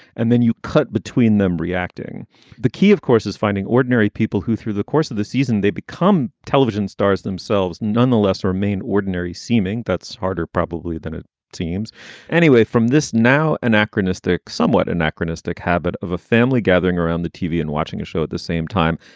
and then you cut between them reacting the key, of course, is finding ordinary people who through the course of the season they become television stars themselves, nonetheless remain ordinary seeming that's harder probably than it seems anyway, from this now anachronistic, somewhat anachronistic habit of a family gathering around the tv and watching a show at the same time.